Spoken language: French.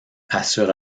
assure